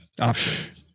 Option